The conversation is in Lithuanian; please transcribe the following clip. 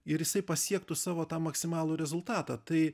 ir jisai pasiektų savo tą maksimalų rezultatą tai